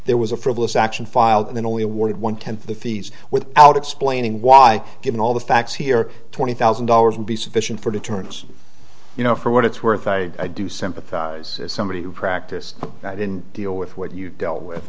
there was a frivolous action filed and then only awarded one tenth of the fees without explaining why given all the facts here twenty thousand dollars would be sufficient for deterrence you know for what it's worth i do sympathize somebody who practiced and i didn't deal with what you dealt with